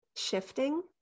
Shifting